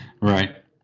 right